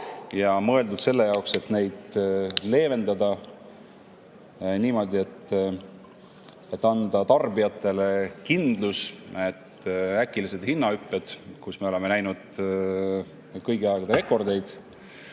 on mõeldud selle jaoks, et [hinnatõusu] leevendada niimoodi, et anda tarbijatele kindlus, et äkilised hinnahüpped, mille puhul me oleme näinud kõigi aegade rekordeid,